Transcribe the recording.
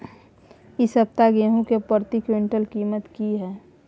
इ सप्ताह गेहूं के प्रति क्विंटल कीमत की हय?